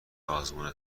آزمون